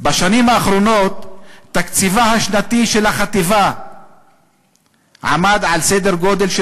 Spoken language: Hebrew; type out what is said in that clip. בשנים האחרונות תקציבה השנתי של החטיבה עמד על סדר גודל של